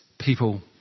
people